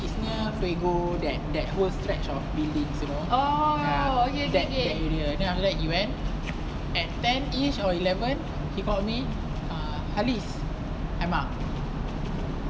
is near frego that that whole stretch of buildings you know ya that area then after that he went at ten-ish or eleven he called me ah halis I'm out